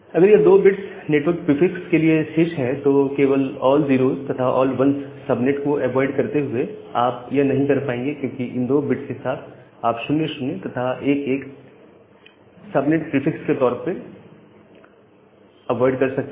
अगर यह 2 bits network prefix के लिए शेष है तो केवल ऑल 0s तथा ऑल 1s सबनेट को अवॉइड करते हुए आप यह नहीं कर पाएंगे क्योंकि इन 2 बिट्स के साथ आप 00 तथा 11 सबनेट प्रीफिक्स के तौर पर को अवॉइड कर सकते हैं